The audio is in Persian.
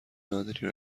نادری